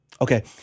Okay